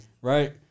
right